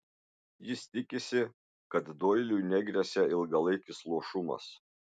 jis tikisi kad doiliui negresia ilgalaikis luošumas